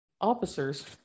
officers